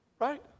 Right